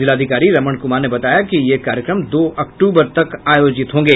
जिलाधिकारी रमण कुमार ने बताया कि ये कार्यक्रम दो अक्टूबर तक आयोजित होंगे